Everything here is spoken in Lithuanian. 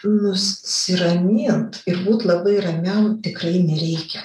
nusiramint ir būt labai ramiam tikrai nereikia